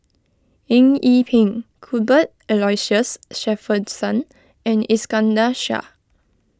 Eng Yee Peng Cuthbert Aloysius Shepherdson and Iskandar Shah